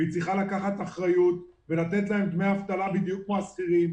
והיא צריכה לקחת אחריות ולתת להם דמי אבטלה בדיוק כמו השכירים.